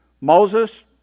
Moses